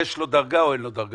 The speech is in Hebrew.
יש לו דרגה או אין לו דרגה?